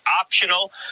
optional